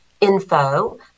info